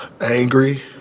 angry